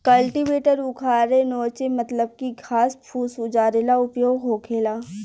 cultivator उखारे नोचे मतलब की घास फूस उजारे ला उपयोग होखेला